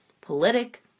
politic